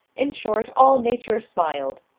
in short, all nature smiled.